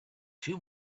two